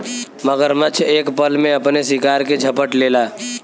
मगरमच्छ एक पल में अपने शिकार के झपट लेला